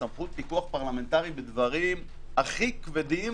סמכות פיקוח פרלמנטרי בדברים הכי כבדים,